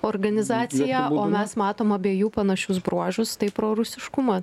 organizaciją mes matom abiejų panašius bruožus tai prorusiškumą